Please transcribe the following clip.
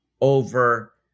over